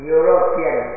European